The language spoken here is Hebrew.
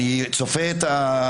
אני צופה גם את העתיד.